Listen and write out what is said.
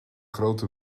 grote